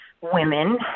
women